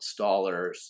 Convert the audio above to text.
installers